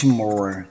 more